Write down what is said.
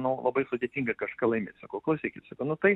nu labai sudėtinga kažką laimėt sakau klausykit sakau nu tai